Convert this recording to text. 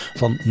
van